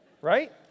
Right